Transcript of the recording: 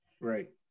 right